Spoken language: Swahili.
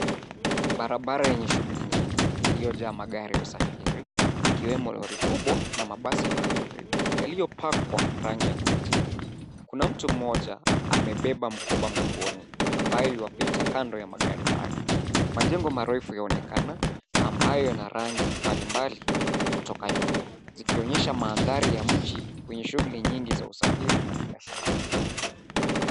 Barabara yenye shughuli nyingi iliyojaa magari ya usafiri, ikiwemo lori kubwa na mabasi mawili yaliyopakwa rangi ya kuvutia. Kuna mtu mmoja amebeba mkoba mgongoni ambaye yuwapita kando ya magari haya. Majengo marefu yaonekana ambayo yana rangi mbalimbali kutoka nyuma zikionyesha mandhari ya mji wenye shughuli nyingi za usafiri na biashara.